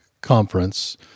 conference